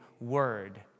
word